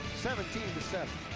seventeen seven.